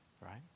right